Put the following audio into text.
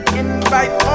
invite